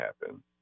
happen